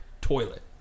toilet